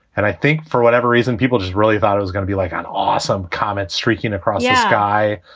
and i think for whatever reason, people just really thought it was gonna be like an awesome comet streaking across the sky.